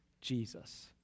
Jesus